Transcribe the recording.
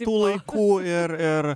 tų laikų ir ir